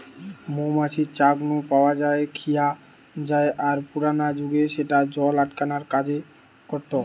মৌ মাছির চাক নু পাওয়া মম খিয়া জায় আর পুরানা জুগে স্যাটা জল আটকানার কাজ করতা